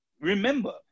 remember